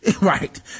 Right